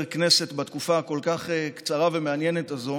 כנסת בתקופה הכול-כך קצרה ומעניינת הזאת,